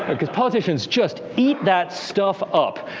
because politicians just eat that stuff up.